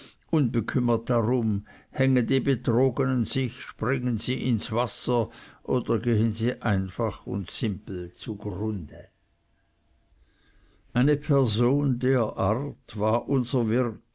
unbekümmert darum hängen die betrogenen sich springen sie ins wasser oder gehen sie einfach und simpel zu grunde eine person der art war unser wirt